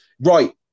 Right